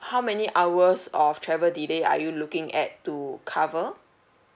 how many hours of travel delay are you looking at to cover